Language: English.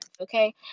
okay